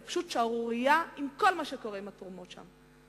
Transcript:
זאת פשוט שערורייה כל מה שקורה עם כל התרומות שם.